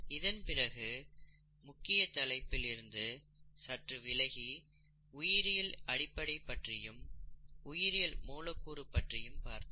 இதன் பிறகு முக்கியதலைப்பில் இருந்து சற்று விலகி உயிரியலின் அடிப்படை பற்றியும் உயிரியல் மூலக்கூறு பற்றியும் பார்த்தோம்